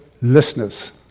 Listeners